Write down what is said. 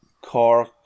Cork